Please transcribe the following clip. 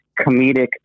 comedic